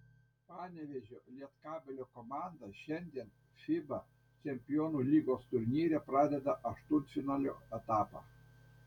panevėžio lietkabelio komanda šiandien fiba čempionų lygos turnyre pradeda aštuntfinalio etapą